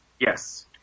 Yes